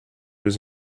was